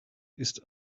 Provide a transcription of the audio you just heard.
ist